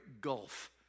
gulf